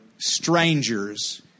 Strangers